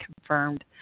confirmed